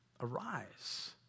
arise